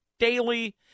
daily